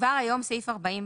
כבר היום סעיף 40 בחוק,